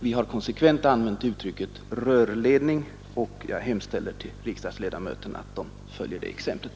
Vi har därför konsekvent använt ordet rörledning, och jag hemställer till riksdagsledamöterna att de följer det exemplet.